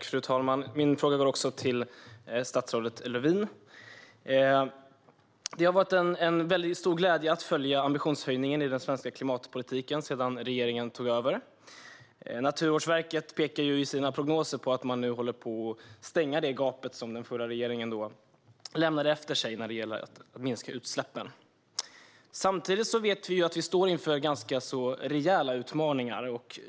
Fru talman! Även min fråga går till statsrådet Lövin. Det har varit mycket glädjande att följa ambitionshöjningen i den svenska klimatpolitiken sedan denna regering tog över. Naturvårdsverket pekar i sina prognoser på att man nu håller på att stänga det gap som den förra regeringen lämnade efter sig när det gäller att minska utsläppen. Samtidigt vet vi att vi står inför rejäla utmaningar.